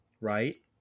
right